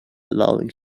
allowing